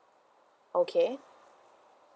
okay